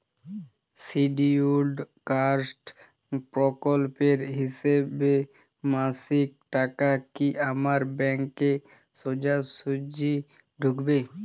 Scheduled caste প্রকল্পের হিসেবে মাসিক টাকা কি আমার ব্যাংকে সোজাসুজি ঢুকবে?